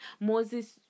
Moses